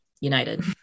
United